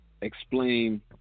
explain